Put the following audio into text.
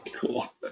cool